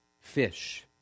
Fish